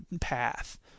path